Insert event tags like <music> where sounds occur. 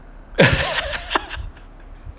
<laughs>